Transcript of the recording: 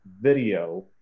video